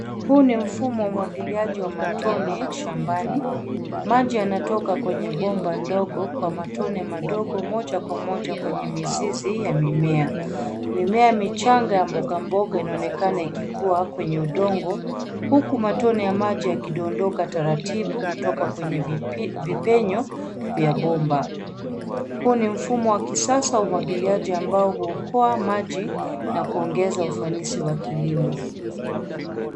Huu ni mfumo wa umwagiliaji wa matone shambani. Maji yanatoka kwenye bomba ndogo kwa matone madogo, moja kwa moja kwenye mizizi ya mimea. Mimea michanga ya mboga mboga inaonekana ikikuwa kwenye udongo huku matone ya maji yakidondoka taratibu kutoka kwenye vipenyo vya bomba. Huu ni mfumo wa kisasa wa umwagiliji ambayo huokoa maji na kuongeza ufanisi wa kilimo.